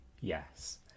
Yes